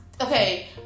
Okay